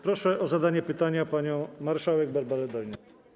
Proszę o zadanie pytania panią marszałek Barbarę Dolniak.